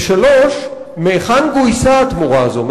3. מהיכן גויסה התמורה הזאת?